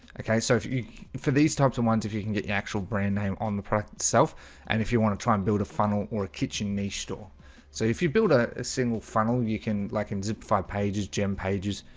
okay, so if you for these types of ones if you can get your actual brand name on the price itself and if you want to try and build a funnel or a kitchen niche store so if you build ah a single funnel you can like in zip five pages gem pages.